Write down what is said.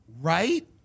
right